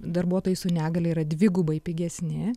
darbuotojai su negalia yra dvigubai pigesni